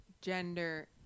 gender